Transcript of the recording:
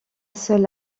seul